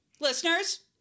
Listeners